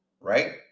right